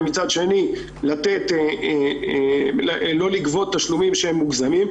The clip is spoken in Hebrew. ומצד שני לא לגבות תשלומים שהם מוגזמים.